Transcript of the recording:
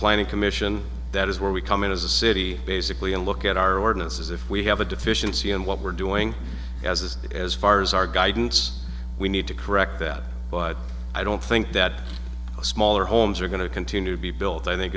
planning commission that is where we come in as a city basically a look at our ordinances if we have a deficiency in what we're doing as this as far as our guidance we need to correct that but i don't think that smaller homes are going to continue to be built i think